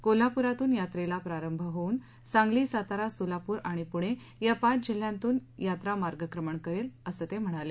कोल्हापूर इथून यात्रेला प्रारंभ होऊन सांगली सातारा सोलापूर आणि पूणे या पाच जिल्ह्यातून यात्रा मार्गक्रमण करेल असं ते म्हणाले